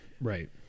Right